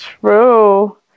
True